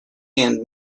and